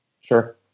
sure